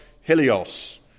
Helios